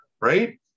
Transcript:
Right